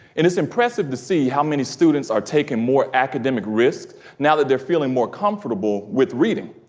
and it's impressive to see how many students are taking more academic risk now that they're feeling more comfortable with reading.